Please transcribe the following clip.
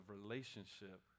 relationship